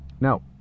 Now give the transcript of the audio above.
Now